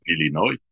Illinois